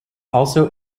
also